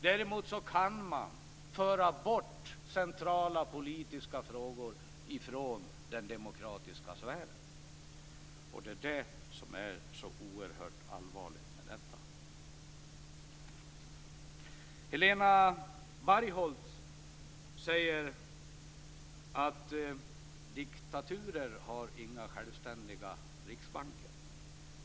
Däremot kan man föra bort centrala politiska frågor från den demokratiska sfären. Det är det som är så oerhört allvarligt med detta. Helena Bargholtz säger att diktaturer inte har några självständiga riksbanker.